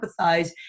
empathize